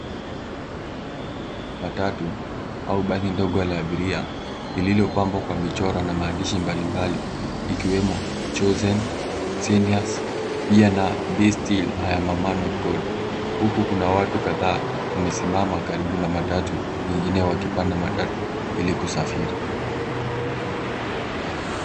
Matatu au basi dogo la abiria lililopambwa kwa michoro na maandishi mbalimbali ikiwemo Chosen, Seniors pia na Be Still, I am a man of God . Huku kuna watu kadhaa wamesimama karibu na matatu wengine wakipanda matatu ili kusafiri.